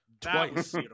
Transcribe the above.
Twice